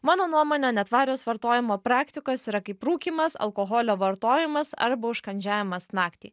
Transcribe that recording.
mano nuomone netvarios vartojimo praktikos yra kaip rūkymas alkoholio vartojimas arba užkandžiavimas naktį